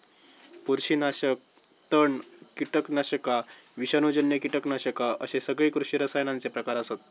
बुरशीनाशका, तण, कीटकनाशका, विषाणूजन्य कीटकनाशका अश्ये सगळे कृषी रसायनांचे प्रकार आसत